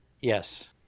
Yes